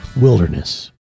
wilderness